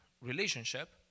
relationship